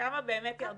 כמה באמת ירדו?